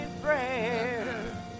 prayer